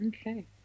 Okay